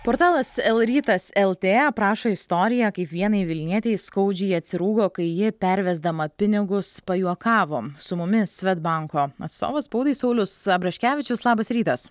portalas lrytas lt aprašo istoriją kaip vienai vilnietei skaudžiai atsirūgo kai ji pervesdama pinigus pajuokavo su mumis svedbanko atstovas spaudai saulius abraškevičius labas rytas